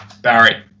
Barry